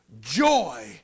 joy